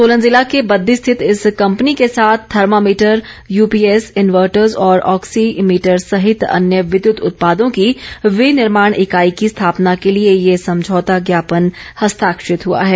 सोलन जिला के बददी स्थित इस कंपनी के साथ थर्मामीटर यूपीएस इन्वर्टर्स और ऑक्सी मीटर सहित अन्य विद्युत उत्पादों की विनिर्माण इकाई की स्थापना के लिए ये समझौता ज्ञापन हस्ताक्षरित हुआ है